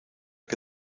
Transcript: que